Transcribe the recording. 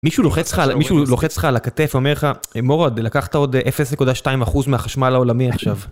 מישהו לוחץ לך על הכתף אומר לך מורד לקחת עוד 0.2% מהחשמל העולמי עכשיו.